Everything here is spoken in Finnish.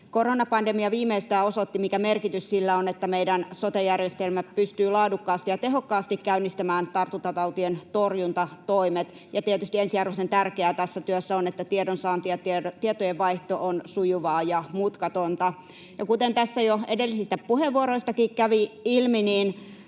koronapandemia osoitti, mikä merkitys on sillä, että meidän sote-järjestelmämme pystyy laadukkaasti ja tehokkaasti käynnistämään tartuntatautien torjuntatoimet, ja tietysti ensiarvoisen tärkeää tässä työssä on, että tiedonsaanti ja tietojenvaihto on sujuvaa ja mutkatonta. Kuten tässä jo edellisistä puheenvuoroista kävi ilmi,